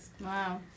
Wow